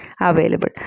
available